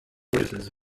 horses